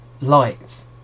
liked